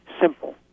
simple